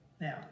Now